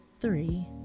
Three